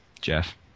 Jeff